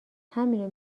همینو